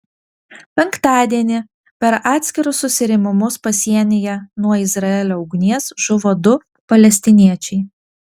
penktadienį per atskirus susirėmimus pasienyje nuo izraelio ugnies žuvo du palestiniečiai